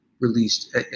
released